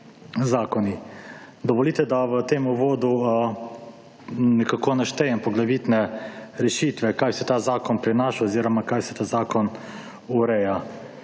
zakoni. Dovolite, da v tem uvodu nekako naštejem poglavitne rešitve, kaj vse ta zakon prinaša oziroma kaj vse ta zakon ureja.